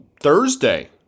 Thursday